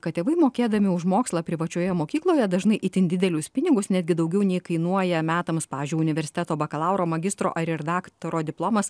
kad tėvai mokėdami už mokslą privačioje mokykloje dažnai itin didelius pinigus netgi daugiau nei kainuoja metams pavyzdžiui universiteto bakalauro magistro ar ir daktaro diplomas